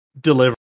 deliver